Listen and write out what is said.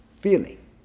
feeling